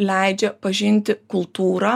leidžia pažinti kultūrą